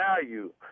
value